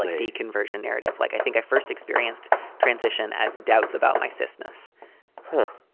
like deconversion narrative. like, i think i first experienced transition as doubts about my cisness huh.